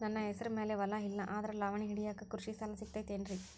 ನನ್ನ ಹೆಸರು ಮ್ಯಾಲೆ ಹೊಲಾ ಇಲ್ಲ ಆದ್ರ ಲಾವಣಿ ಹಿಡಿಯಾಕ್ ಕೃಷಿ ಸಾಲಾ ಸಿಗತೈತಿ ಏನ್ರಿ?